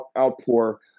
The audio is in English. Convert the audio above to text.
outpour